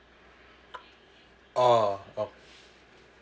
oh oh